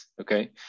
okay